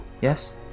Yes